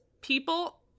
people